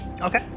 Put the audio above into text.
Okay